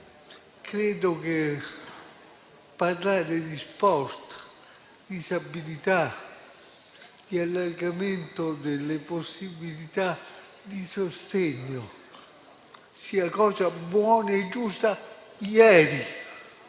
credo che parlare di sport, disabilità e allargamento delle possibilità di sostegno sia cosa buona e giusta. Ieri,